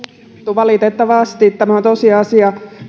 valitettavasti tämä on tosiasia